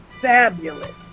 fabulous